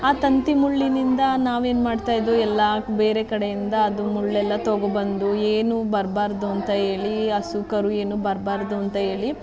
ಆ ತಂತಿ ಮುಳ್ಳಿನಿಂದ ನಾವು ಏನು ಮಾಡ್ತಾ ಇದ್ವು ಎಲ್ಲ ಬೇರೆ ಕಡೆಯಿಂದ ಅದು ಮುಳ್ಳೆಲ್ಲ ತಗೊಬಂದು ಏನೂ ಬರಬಾರ್ದು ಅಂತ ಹೇಳಿ ಹಸು ಕರು ಏನೂ ಬರಬಾರ್ದು ಅಂತ ಹೇಳಿ